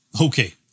Okay